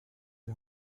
die